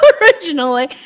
originally